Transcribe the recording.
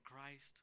Christ